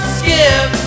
skip